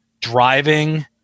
driving